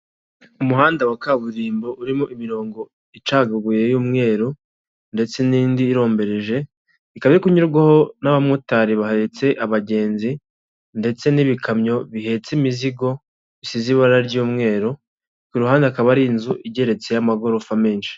Umuhanda wa kaburimbo urimo imirongo icagaguye y'umweru, ndetse n'indi irombereje, ikaba iri kunyurwaho n'abamotari bahetse abagenzi, ndetse n'ibikamyo bihetse imizigo, bisize ibara ry'umweru, ku ruhande hakaba hari inzu igeretse, y'amagorofa menshi.